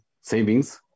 savings